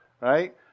right